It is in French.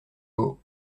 haut